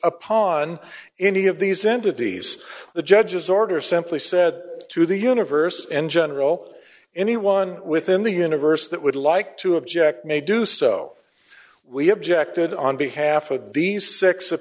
upon any of these entities the judge's order simply said to the universe in general anyone within the universe that would like to object may do so we objected on behalf of these six